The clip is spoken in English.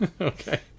okay